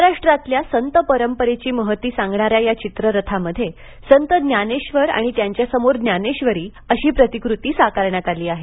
महाराष्ट्रातल्या संत परंपरेची महती सांगणाऱ्या या चित्ररथामध्ये संत जानेश्वर आणि त्यांच्यासमोर जानेश्वरी अशी प्रतिकृती साकारण्यात आली आहे